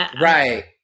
Right